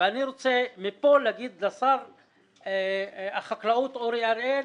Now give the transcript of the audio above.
מכאן אני רוצה לומר לשר החקלאות אורי אריאל